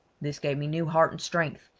this gave me new heart and strength,